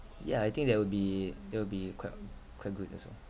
yeah I think that would be that would be quite quite good also